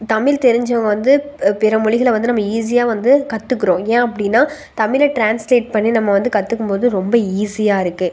தமிழ் தெரிஞ்சவங்க வந்து பிற மொழிகள வந்து நம்ம ஈஸியாக வந்து கற்றுக்கறோம் ஏன் அப்படின்னா தமில ட்ரான்ஸ்லேட் பண்ணி நம்ம வந்து கற்றுக்கும் போது ரொம்ப ஈஸியாக இருக்குது